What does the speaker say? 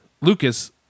Lucas